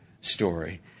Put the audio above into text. story